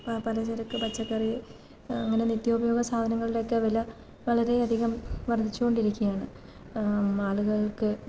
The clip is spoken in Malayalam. പലചരക്ക് പച്ചക്കറി അങ്ങനെ നിത്യോപയോഗ സാധനങ്ങളുടെ ഒക്കെ വില വളരെ അധികം വര്ദ്ധിച്ചോണ്ടിരിക്കയാണ് ആളുകള്ക്ക്